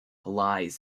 lies